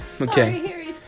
Okay